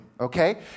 okay